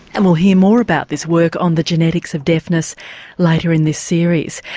and we'll hear more about this work on the genetics of deafness later in this series,